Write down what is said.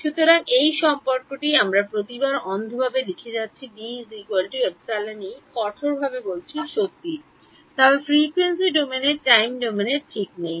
সুতরাং এই সম্পর্কটি আমরা প্রতিবার অন্ধভাবে লিখে যাচ্ছি D ε E কঠোরভাবে বলছি সত্য তবে ফ্রিকোয়েন্সি ডোমেনে টাইম ডোমেনে ঠিক নেই